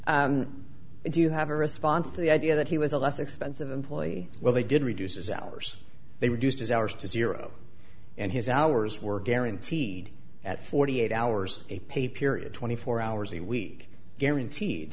do you have a response to the idea that he was a less expensive employee well they did reduces hours they reduced his hours to zero and his hours were guaranteed at forty eight hours a pay period twenty four hours a week guaranteed